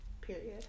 period